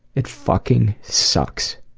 it fucking sucks.